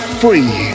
free